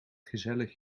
gezellig